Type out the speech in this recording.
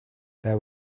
there